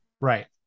Right